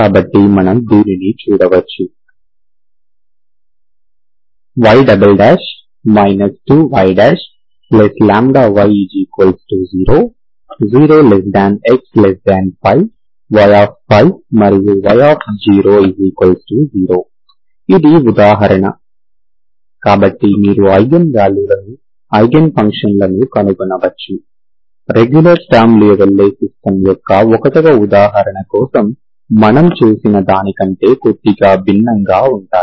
కాబట్టి మనం దీనిని చూడవచ్చు y 2y y0 0xπ y మరియు y00 ఇది ఉదాహరణ కాబట్టి మీరు ఐగెన్ వాల్యూలను ఐగెన్ ఫంక్షన్లని కనుగొనవచ్చు రెగ్యులర్ స్టర్మ్ లియోవిల్లే సిస్టమ్ యొక్క 1వ ఉదాహరణ కోసం మనము చేసిన దాని కంటే కొద్దిగా భిన్నంగా ఉంటాయి